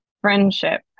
friendship